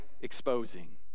exposing